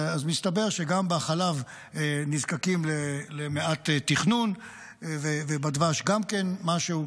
מסתבר שגם בחלב נזקקים למעט תכנון ובדבש גם כן למשהו.